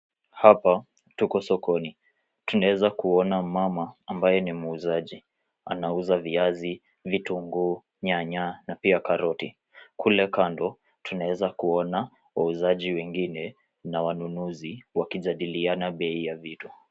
Hapa tuko sokoni, Tunaweza kuona mama ambaye ni muuzaji, anauza viazi, vitunguu, nyanya na pia karoti. Kule kando tunaweza kuona wauzaji wengine na wanunuzi wakijadiliana bei ya vitu.